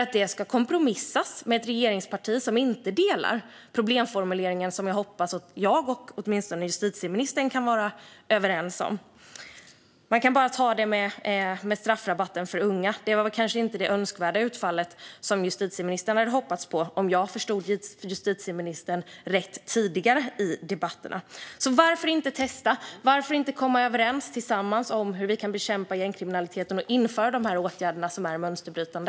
Det hela ska kompromissas med ett regeringsparti som inte delar den problemformulering som jag hoppas att jag och åtminstone justitieministern kan vara överens om. Man kan bara ta det här med straffrabatten för unga. Det var kanske inte det önskvärda utfallet och det som justitieministern hade hoppats på, om jag förstod honom rätt tidigare i debatterna. Så varför inte testa? Varför inte komma överens tillsammans om hur vi kan bekämpa gängkriminaliteten och införa de här åtgärderna, som är mönsterbrytande?